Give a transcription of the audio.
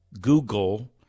Google